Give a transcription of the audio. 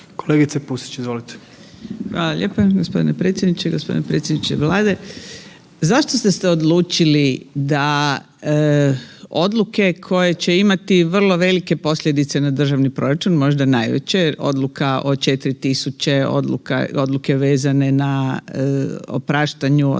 **Pusić, Vesna (GLAS)** Hvala lijepa gospodine predsjedniče. Gospodine predsjedniče Vlade, zašto ste se odlučili da odluke koje će imati vrlo velike posljedice na državni proračun, možda najveće jer odluka o 4.000, odluke vezane na opraštanju odnosno